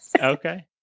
okay